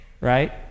right